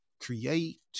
create